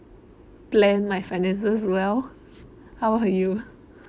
plan my finances well how about you